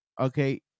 Okay